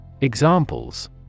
Examples